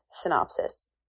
synopsis